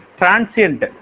transient